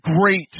great